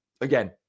Again